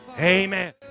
amen